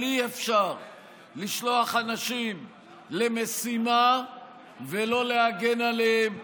אבל אי-אפשר לשלוח אנשים למשימה ולא להגן עליהם,